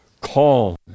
Calm